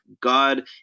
God